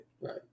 Right